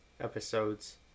episodes